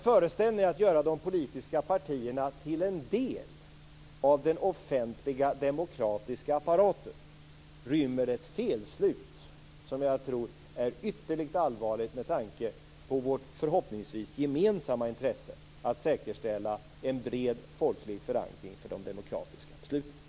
Föreställningen att göra de politiska partierna till en del av den offentliga demokratiska apparaten rymmer ett felslut som jag tror är ytterligt allvarligt med tanke på vårt förhoppningsvis gemensamma intresse, att säkerställa en bred folklig förankring för de demokratiska besluten.